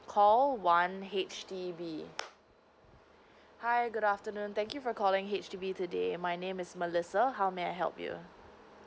call one H_D_B hi good afternoon thank you for calling H_D_B today my name is melissa how may I help you